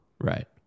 Right